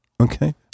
Okay